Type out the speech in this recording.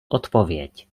odpověď